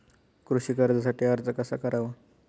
कृषी कर्जासाठी अर्ज कसा करावा?